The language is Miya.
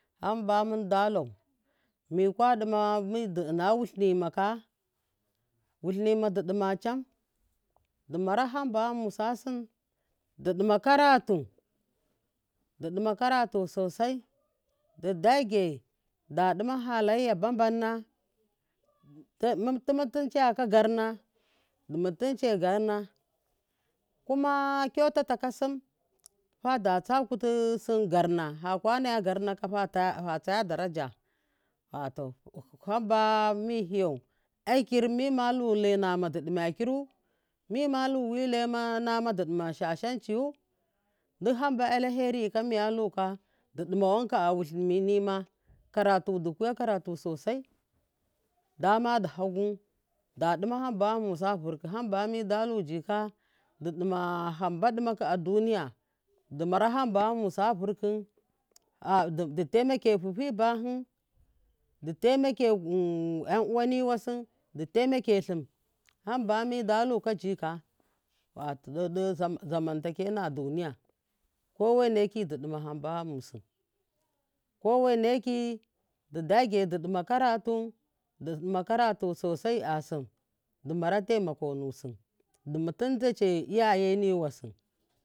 Hamba munda lu mukwa duma midu ina wihnimaka wilinima du duma chamdu mara hamba yamusa sun duɗuma karatu sosai du dage da duma haleya ba banna tumu tuneyaka garna du mutunce garna kuma kyautakasim fada tsa kutu sim garna fakanaya garna fada tsaya daraja wato hamba mi hiyau akir mimalu wi lainama du duma shashanciyu du hamba alherika miyalukkau duɗuma wanka a wulimi nima karatu du kuya karatu sosai duma da hagu da duma hamba yamusa vurkhum hamba midaluka jika duma khu a duniya dumara hamba ya musa vurkhu du taimakefu fi bahi du taimake yan’uwa niwasi du taimalin hamba mida luka jika wato zamantakewa na duniya ko weneki du duma hamba yamusu koweneki du dage du ɗuma karatu du ɗuma kara sosai a sim dumara tai mako nusi dumutunce iyaye ni wassu.